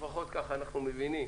לפחות כך אנחנו מבינים